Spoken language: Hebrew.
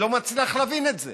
אני לא מצליח להבין את זה.